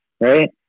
right